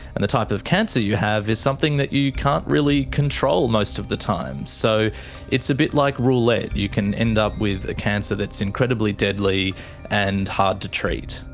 and the type of cancer you have is something that you can't really control most of the time. so it's a bit like roulette, you can end up with a cancer that's incredibly deadly and hard to treat.